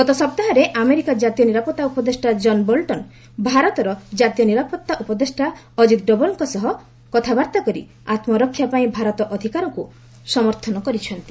ଗତ ସପ୍ତାହରେ ଆମେରିକା ଜାତୀୟ ନିରାପତ୍ତା ଉପଦେଷ୍ଟା ଜନ୍ ବୋଲ୍ଟନ୍ ଭାରତର ଜାତୀୟ ନିରାପତ୍ତା ଉପଦେଷ୍ଟା ଅଜିତ୍ ଡୋବାଲ୍ଙ୍କ ସହ କଥାବାର୍ତ୍ତା କରି ଆତ୍କରକ୍ଷା ପାଇଁ ଭାରତର ଅଧିକାରକୁ ସମର୍ଥନ କରିଛନ୍ତି